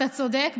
אתה צודק.